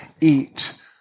eat